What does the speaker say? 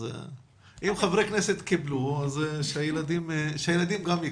אז אם חברי כנסת קיבלו, שהילדים גם יקבלו.